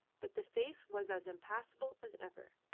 but the face was as impassible as ever.